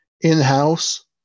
in-house